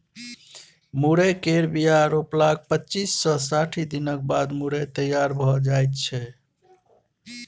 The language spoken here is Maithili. मुरय केर बीया रोपलाक पच्चीस सँ साठि दिनक बाद मुरय तैयार भए जाइ छै